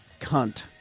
cunt